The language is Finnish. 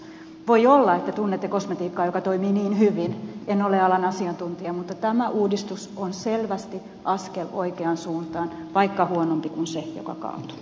voi olla että tunnette kosmetiikkaa joka toimii niin hyvin en ole alan asiantuntija mutta tämä uudistus on selvästi askel oikeaan suuntaan vaikka huonompi kuin se joka kaatuu